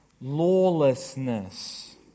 lawlessness